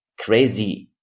crazy